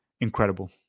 incredible